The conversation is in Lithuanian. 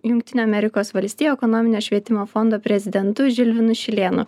jungtinių amerikos valstijų ekonominio švietimo fondo prezidentu žilvinu šilėnu